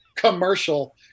commercial